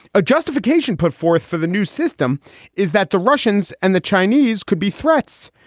a justification put forth for the new system is that the russians and the chinese could be threats.